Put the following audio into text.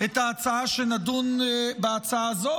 את ההצעה שנדון בהצעה הזו,